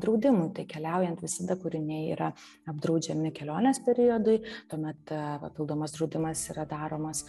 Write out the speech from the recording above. draudimui tai keliaujant visada kūriniai yra apdraudžiami kelionės periodui tuomet papildomas draudimas yra daromas